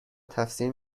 تفسیر